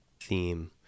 theme